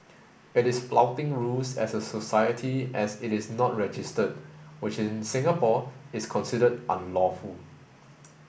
it is flouting rules as a society as it is not registered which in Singapore is considered unlawful